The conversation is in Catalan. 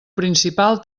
principal